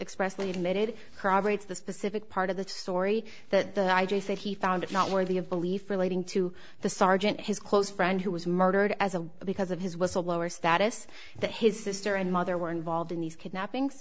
expressly admitted corroborates the specific part of the story that i just said he found it not worthy of belief relating to the sergeant his close friend who was murdered as a because of his whistle blower status that his sister and mother were involved in these kidnappings